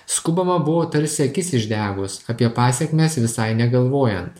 skubama buvo tarsi akis išdegus apie pasekmes visai negalvojant